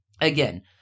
Again